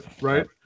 right